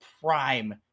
prime